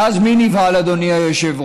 ואז מי נבהל, אדוני היושב-ראש?